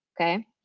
okay